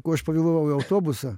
ko aš pavėlavau į autobusą